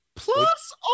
plus